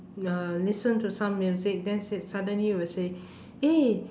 uh listen to some music that's it suddenly you will say eh